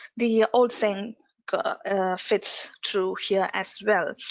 the old thing fits through here as well.